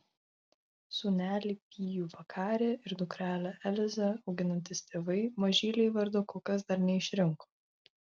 sūnelį pijų vakarį ir dukrelę elzę auginantys tėvai mažylei vardo kol kas dar neišrinko